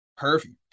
Perfect